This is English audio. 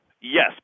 Yes